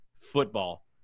football